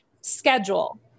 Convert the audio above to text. schedule